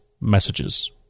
messages